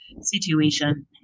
situation